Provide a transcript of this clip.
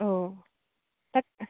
औ दा